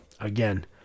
again